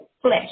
flesh